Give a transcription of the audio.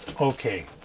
Okay